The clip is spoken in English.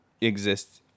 exists